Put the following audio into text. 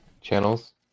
channels